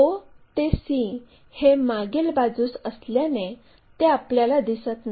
o ते c हे मागील बाजूस असल्याने ते आपल्याला दिसत नाही